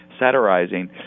satirizing